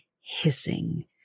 hissing